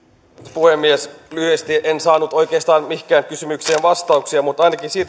puhemies lyhyesti en saanut oikeastaan mihinkään kysymykseen vastauksia mutta ainakin